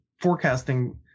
forecasting